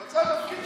אבל זה התפקיד שלנו.